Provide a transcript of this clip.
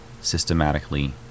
systematically